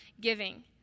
giving